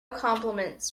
compliments